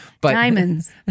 diamonds